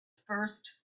first